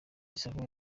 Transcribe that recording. salah